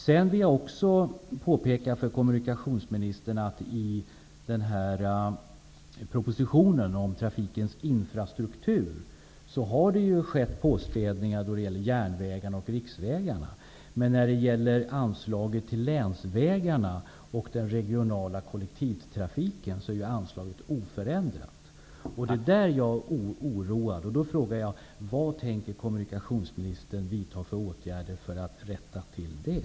Vidare vill jag också påpeka för kommunikationsministern att i propositionen om trafikens infrastruktur har påspädningar skett när det gäller järnvägarna och riksvägarna. Men när det gäller anslaget till länsvägarna och den regionala kollektivtrafiken är anslaget oförändrat.